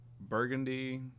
burgundy